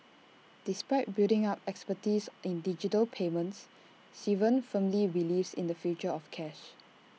despite building up expertise in digital payments Sivan firmly believes in the future of cash